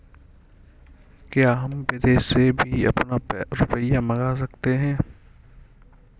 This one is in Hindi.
क्या हम विदेश से भी अपना रुपया मंगा सकते हैं?